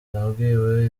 nabwiwe